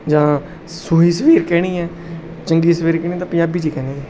ਜਾਂ ਸੂਈ ਸਵੇਰ ਕਹਿਣੀ ਹੈ ਚੰਗੀ ਸਵੇਰ ਕਹਿਣੀ ਤਾਂ ਪੰਜਾਬੀ 'ਚ ਹੀ ਕਹਿੰਦੇ ਨੇ